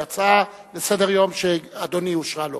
ההצעה לסדר-יום של אדוני אושרה לו.